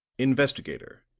investigator,